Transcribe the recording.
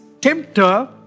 tempter